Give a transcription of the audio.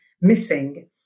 missing